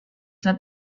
not